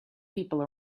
people